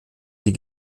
die